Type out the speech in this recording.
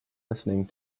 listening